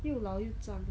又老又脏